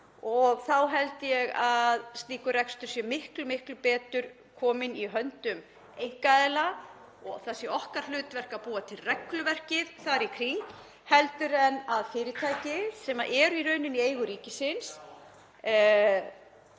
og þá held ég að slíkur rekstur sé miklu betur kominn í höndum einkaaðila; að það sé okkar hlutverk að búa til regluverkið þar í kring frekar en að fyrirtæki, sem eru í raun í eigu ríkisins